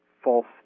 false